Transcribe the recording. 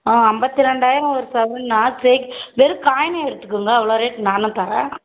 ஆ ஐம்பத்தி ரெண்டாயிரம் ஒரு சரவன்னால் செ வெறும் காயின்னால் எடுத்துகோங்க அவ்வளோ ரேட் நானும் தரேன்